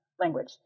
language